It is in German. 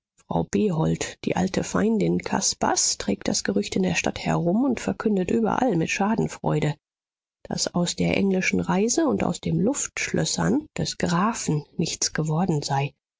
die alte feindin caspars trägt das gerücht in der stadt herum und verkündet überall mit schadenfreude daß aus der englischen reise und aus den luftschlössern des grafen nichts geworden sei